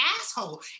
asshole